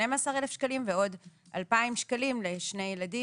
יהיה 12,000 ועוד 2,000 שקלים לשני ילדים,